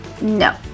No